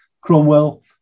Cromwell